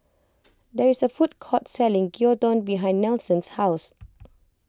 there is a food court selling Gyudon behind Nelson's house